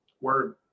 Word